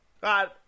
God